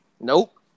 Nope